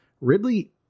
Ridley